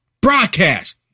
broadcast